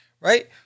right